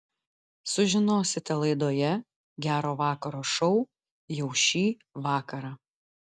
sužinosite laidoje gero vakaro šou jau šį vakarą